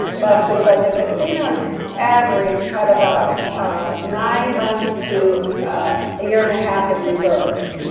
last week, but the casinos average have about nine months to a year and a half in reserves,